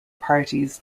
parties